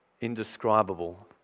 indescribable